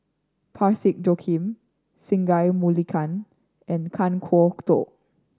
Parsick Joaquim Singai Mukilan and Kan Kwok Toh